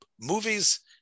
movies